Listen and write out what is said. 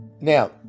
Now